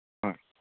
ꯍꯣꯏ